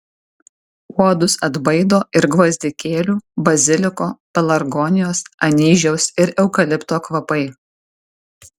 uodus atbaido ir gvazdikėlių baziliko pelargonijos anyžiaus ir eukalipto kvapai